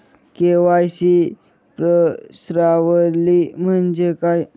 KYC प्रश्नावली म्हणजे काय?